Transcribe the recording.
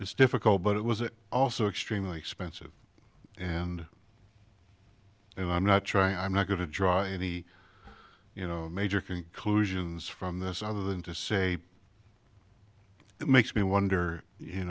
it's difficult but it was it also extremely expensive and and i'm not trying i'm not going to draw any you know major conclusions from this other than to say it makes me wonder you